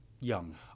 young